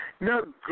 No